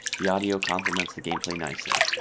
the audio compliments the gameplay nicely.